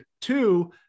two